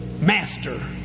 master